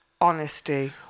honesty